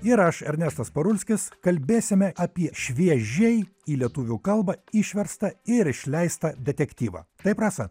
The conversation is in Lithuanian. ir aš ernestas parulskis kalbėsime apie šviežiai į lietuvių kalbą išverstą ir išleistą detektyvą trasą